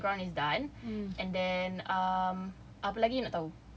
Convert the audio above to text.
so background is done and then um apa lagi nak tahu